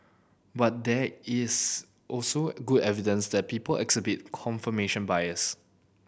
but there is also good evidence that people exhibit confirmation bias